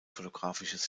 fotografisches